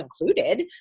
included